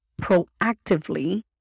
proactively